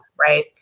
right